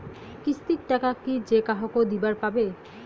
কিস্তির টাকা কি যেকাহো দিবার পাবে?